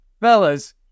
fellas